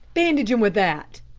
bandage him with that.